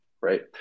right